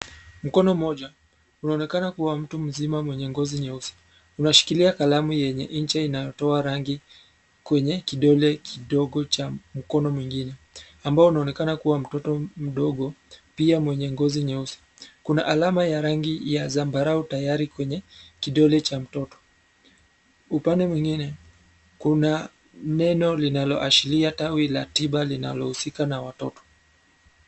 Mkono mmoja unaokena kuwa mtu mzima mwenye ngozi nyeusi unashikilia kalamu yenye ncha yenye inayotoa rangi kwenye kidole kidogo cha mkono mwingine, ambao unaonekana kuwa wa mtoto mdogo pia mwenye ngozi nyeusi kuna alama ya rangi ya zambarau tayari kwenye kidole cha mtoto. Upande mwingine kuna neno linaloashiria tawi la tiba lianohusika na watoto.